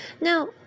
Now